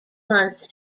months